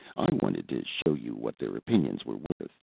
i wanted to show you what their opinions were worth.